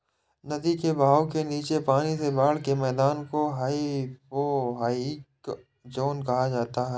नदी के बहाव के नीचे पानी से बाढ़ के मैदान को हाइपोरहाइक ज़ोन कहा जाता है